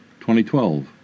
2012